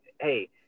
hey